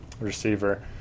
receiver